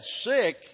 sick